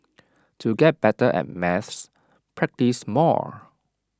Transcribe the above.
to get better at maths practise more